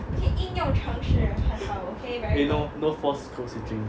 eh no no false code switching